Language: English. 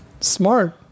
Smart